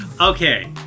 okay